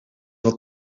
van